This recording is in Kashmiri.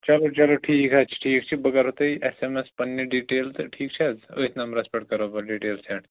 چَلو چَلو ٹھیٖک حظ چھُ ٹھیٖک چھُ بہٕ کرو تُہۍ ایس ایم ایس پَنٕنہِ ڈِٹیلہٕ تہٕ ٹھیٖک چھا حظ أتھۍ نَمبرس پیٚٹھ کٔرہو بہٕ ڈِٹیل سینٛڈ